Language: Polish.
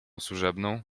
służebną